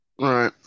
Right